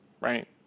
right